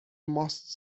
most